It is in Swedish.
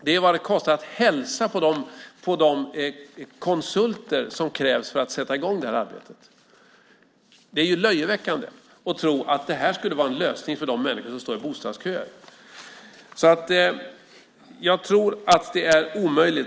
Det är vad det kostar att hälsa på de konsulter som krävs för att sätta i gång detta arbete. Det är löjeväckande att tro att detta skulle vara en lösning för de människor som står i bostadskö. Jag tror att det är omöjligt.